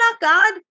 God